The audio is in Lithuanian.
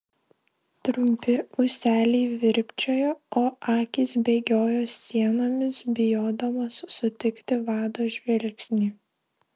trumpi ūseliai virpčiojo o akys bėgiojo sienomis bijodamos sutikti vado žvilgsnį